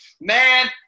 man